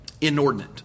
Inordinate